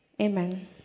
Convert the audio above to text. Amen